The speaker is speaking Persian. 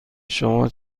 شما